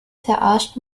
verarscht